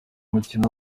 mukino